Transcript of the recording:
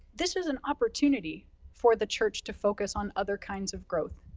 this is an opportunity for the church to focus on other kinds of growth,